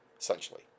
essentially